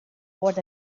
what